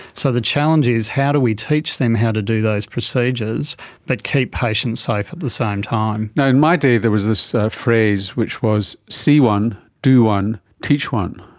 so the challenge is how do we teach them how to do those procedures but keep patients safe at the same time. in my day there was a so phrase which was see one, do one, teach one',